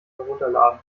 herunterladen